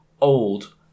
old